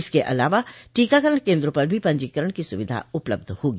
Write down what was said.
इसके अलावा टीकाकरण केन्द्रों पर भी पंजीकरण की सुविधा उपलब्धप होगी